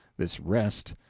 this rest,